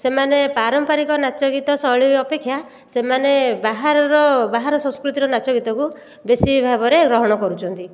ସେମାନେ ପାରମ୍ପାରିକ ନାଚଗୀତ ଶୈଳୀ ଅପେକ୍ଷା ସେମାନେ ବାହାରର ବାହାର ସଂସ୍କୃତିର ନାଚଗୀତକୁ ବେଶୀ ଭାବରେ ଗ୍ରହଣ କରୁଛନ୍ତି